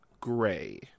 gray